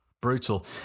brutal